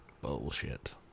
bullshit